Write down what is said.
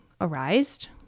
arised